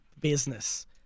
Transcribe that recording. business